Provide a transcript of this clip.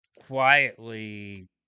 quietly